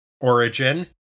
origin